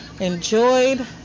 enjoyed